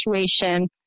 situation